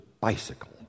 bicycle